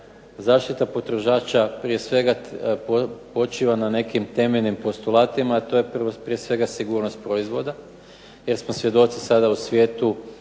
zaštita potrošača prije svega počiva na nekim temeljnim postulatima to je prije svega sigurnost proizvoda jer smo svjedoci sada u svijetu,